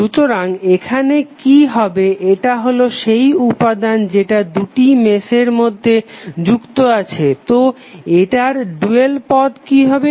সুতরাং এখানে কি হবে এটা হলো সেই উপাদান যেটা দুটি মেশের মধ্যে যুক্ত আছে তো এটার ডুয়াল পদ কি হবে